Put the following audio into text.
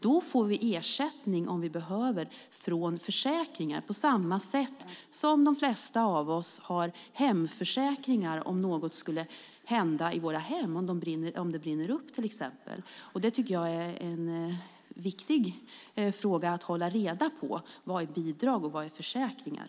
Då får vi ersättning från försäkringar om vi behöver, på samma sätt som de flesta av oss har hemförsäkringar om något skulle hända i vårt hem, till exempel om det brinner upp. Jag tycker att det är viktigt att hålla reda på vad som är bidrag och vad som är försäkringar.